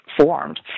formed